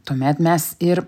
tuomet mes ir